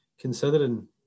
considering